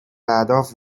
اهداف